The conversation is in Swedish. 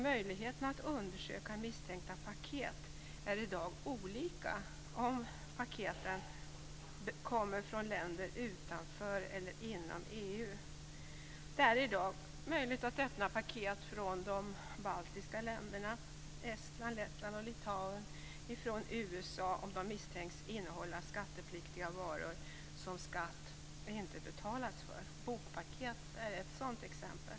Möjligheterna att undersöka misstänkta paket är alltså olika i dag om paketen kommer från länder utanför EU eller om de kommer från länder inom EU. I dag är det möjligt att öppna paket från de baltiska länderna - Estland, Lettland och Litauen - samt från USA om paketen misstänks innehålla skattepliktiga varor, för vilka skatt inte har betalats. Bokpaket är ett exempel.